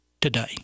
today